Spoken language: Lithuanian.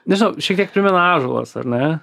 nežinau šiek tiek primena ąžuolas ar ne